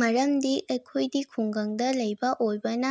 ꯃꯔꯝꯗꯤ ꯑꯩꯈꯣꯏꯗꯤ ꯈꯨꯡꯒꯪꯗ ꯂꯩꯕ ꯑꯣꯏꯕꯅ